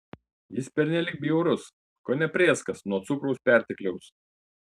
jis pernelyg bjaurus kone prėskas nuo cukraus pertekliaus